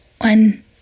one